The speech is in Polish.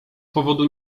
powodu